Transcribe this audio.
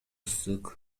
ысык